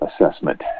assessment